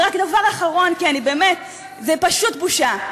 ורק דבר אחרון, כי אני באמת, זה פשוט בושה.